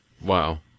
Wow